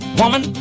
woman